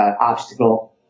obstacle